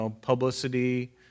publicity